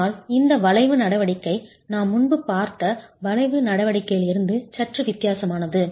ஆனால் இந்த வளைவு நடவடிக்கை நாம் முன்பு பார்த்த வளைவு நடவடிக்கையில் இருந்து சற்று வித்தியாசமானது